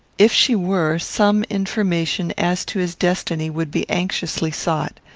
if she were, some information as to his destiny would be anxiously sought.